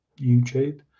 YouTube